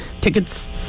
tickets